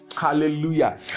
Hallelujah